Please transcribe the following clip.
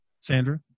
Sandra